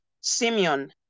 Simeon